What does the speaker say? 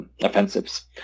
offensives